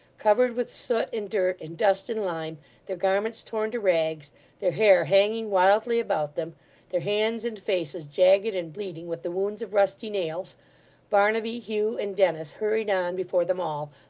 covered with soot, and dirt, and dust, and lime their garments torn to rags their hair hanging wildly about them their hands and faces jagged and bleeding with the wounds of rusty nails barnaby, hugh, and dennis hurried on before them all,